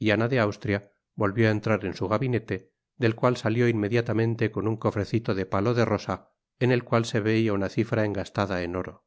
y ana de austria volvió á entrar en su gabinete del cual salió inmediatamente con un cofrecito de palo de rosa en el cual se veia una cifra engastada en oro